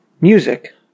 Music